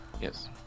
Yes